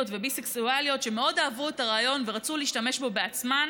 וביסקסואליות שמאוד אהבו את הרעיון ורצו להשתמש בו בעצמן